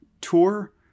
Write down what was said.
tour